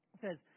says